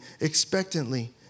expectantly